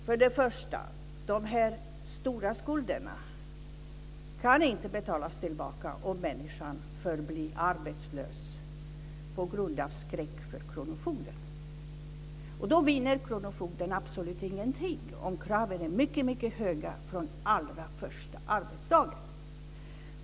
För det första kan de stora skulderna inte betalas tillbaka om personen i fråga förblir arbetslös på grund av skräck för kronofogden. Kronofogden vinner absolut ingenting om kraven är mycket höga från allra första arbetsdagen.